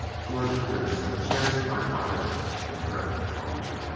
george prince had chanced my fire and crept upon me.